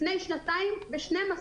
לפני שנתיים ב-12%.